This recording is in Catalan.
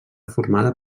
formada